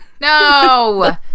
No